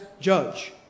judge